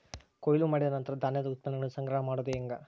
ಕೊಯ್ಲು ಮಾಡಿದ ನಂತರ ಧಾನ್ಯದ ಉತ್ಪನ್ನಗಳನ್ನ ಸಂಗ್ರಹ ಮಾಡೋದು ಹೆಂಗ?